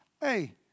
Hey